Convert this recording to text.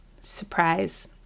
surprise